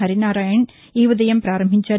హరినారాయణ్ ఈ ఉదయం ప్రారంభించారు